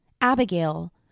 Abigail